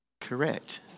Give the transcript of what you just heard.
Correct